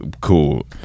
Cool